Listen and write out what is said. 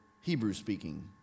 Hebrew-speaking